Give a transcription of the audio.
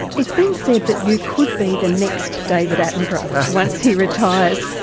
it's been said that you could be the next david attenborough once he retires.